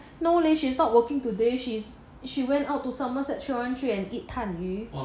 no leh she's not working today she's she went out to somerset three one three and eat 碳鱼